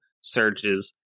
surges